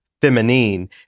Feminine